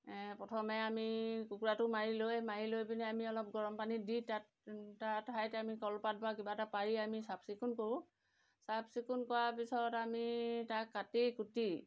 প্ৰথমে আমি কুকুৰাটো মাৰি লৈ মাৰি লৈ পিনি আমি অলপ গৰম পানীত দি তাত তাত ঠাইত আমি কলপাত বা কিবা এটা পাৰি আমি চাফচিকুণ কৰোঁ চাফচিকুণ কৰা পিছত আমি তাক কাটি কুটি